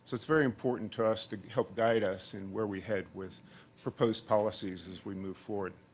is very important to us to help guide us and where we head with proposed policies as we move forward.